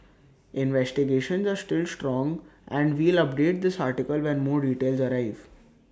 investigations are still ongoing and we'll update this article when more details arrive